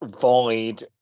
void